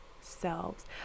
selves